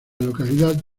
localidad